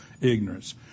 ignorance